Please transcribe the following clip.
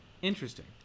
Interesting